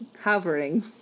hovering